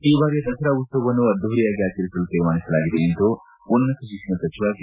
ಈ ಬಾರಿಯ ದಸರಾ ಉತ್ಸವವನ್ನು ಅದ್ದೂರಿಯಾಗಿ ಆಚರಿಸಲು ತೀರ್ಮಾನಿಸಲಾಗಿದೆ ಎಂದು ಉನ್ನತ ಶಿಕ್ಷಣ ಸಚಿವ ಜಿ